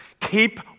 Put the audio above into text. Keep